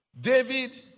David